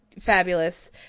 fabulous